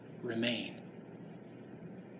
remain